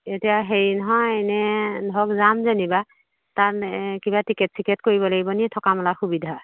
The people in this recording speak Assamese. এতিয়া হেৰি নহয় এনে ধৰক যাম যেনিবা তাত এ কিবা টিকেট চিকেট কৰিব লাগিব নি থকা মেলা সুবিধা